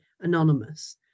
anonymous